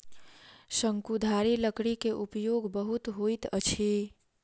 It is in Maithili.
शंकुधारी लकड़ी के उपयोग बहुत होइत अछि